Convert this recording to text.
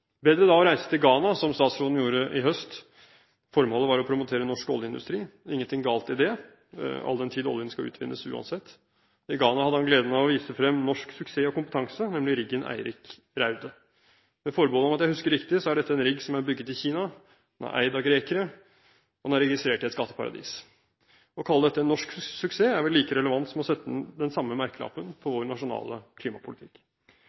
Bedre da å reise til Ghana, som statsråden gjorde i høst. Formålet var å promotere norsk oljeindustri – ingenting galt i det, all den tid oljen skal utvinnes uansett. I Ghana hadde han gleden av å vise frem norsk suksess og kompetanse, nemlig riggen «Eirik Raude». Med forbehold om at jeg husker riktig, er dette en rigg som er bygget i Kina, eid av grekere og registrert i et skatteparadis. Å kalle dette en norsk suksess er vel like relevant som å sette den samme merkelappen på vår nasjonale klimapolitikk.